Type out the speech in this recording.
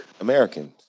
Americans